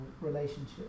relationship